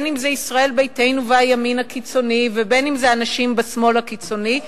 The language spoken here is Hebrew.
אם ישראל ביתנו והימין הקיצוני ואם אנשים בשמאל הקיצוני,